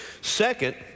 Second